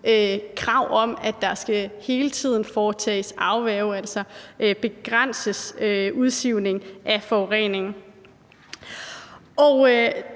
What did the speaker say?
krav om, at der hele tiden skal foretages afværge, altså en begrænsning af udsivningen af forurening.